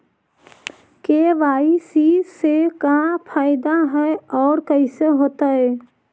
KYC से का फायदा है और कैसे होतै?